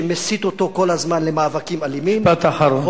שמסית אותו כל הזמן למאבקים אלימים, משפט אחרון.